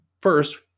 first